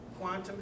quantum